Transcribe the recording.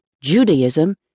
Judaism